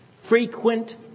Frequent